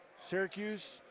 Syracuse